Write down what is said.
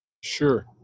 Sure